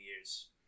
years